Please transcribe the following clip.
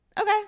okay